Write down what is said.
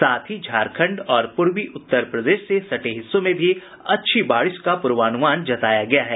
साथ ही झारखंड और पूर्वी उत्तर प्रदेश से सटे हिस्सों में भी अच्छी बारिश का पूर्वानुमान जताया गया है